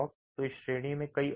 तो इस श्रेणी में कई और हैं